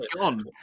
gone